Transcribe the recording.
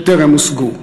שטרם הושגו.